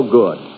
good